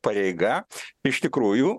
pareiga iš tikrųjų